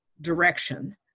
direction